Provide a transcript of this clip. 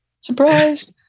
Surprise